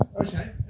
Okay